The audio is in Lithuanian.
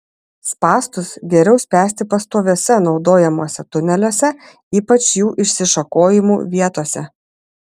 spąstus geriau spęsti pastoviuose naudojamuose tuneliuose ypač jų išsišakojimų vietose